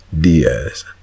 Diaz